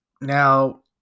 Now